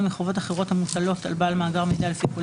מחובות אחרות המוטלות על בעל מאגר מידע לפי כל